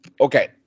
okay